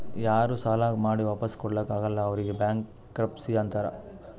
ಯಾರೂ ಸಾಲಾ ಮಾಡಿ ವಾಪಿಸ್ ಕೊಡ್ಲಾಕ್ ಆಗಲ್ಲ ಅವ್ರಿಗ್ ಬ್ಯಾಂಕ್ರಪ್ಸಿ ಅಂತಾರ್